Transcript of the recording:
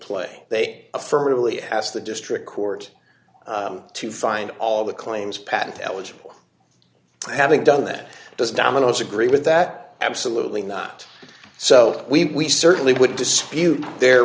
play they affirmatively asked the district court to find all the claims patent eligible having done that does domino's agree with that absolutely not so we certainly would dispute their